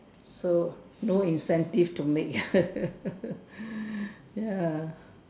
so no incentive to make ya